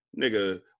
Nigga